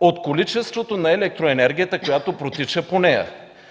от количеството на електроенергията, която протича по нея.